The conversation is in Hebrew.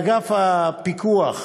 באגף הפיקוח